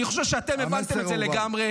אני חושב שאתם הבנתם את זה לגמרי.